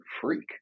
freak